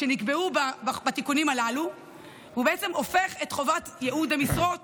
שנקבעו בתיקונים הללו ובעצם הופכות את חובת ייעוד המשרות